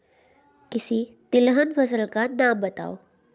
किसी तिलहन फसल का नाम बताओ